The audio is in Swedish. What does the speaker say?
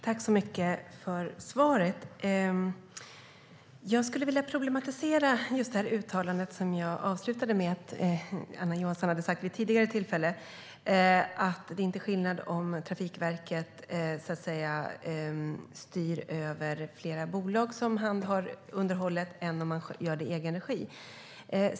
Fru talman! Tack för svaret, statsrådet! Jag skulle vilja problematisera just det uttalande från Anna Johansson från ett tidigare tillfälle som jag avslutade med: att det inte är någon skillnad om Trafikverket styr över flera bolag som handhar underhållet eller om man gör det i egen regi.